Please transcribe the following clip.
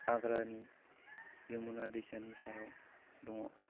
आग्रानि यमुना दैसानि सायाव दङ